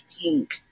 pink